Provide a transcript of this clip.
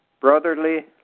brotherly